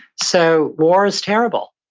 so war is terrible.